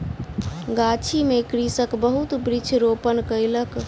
गाछी में कृषक बहुत वृक्ष रोपण कयलक